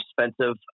expensive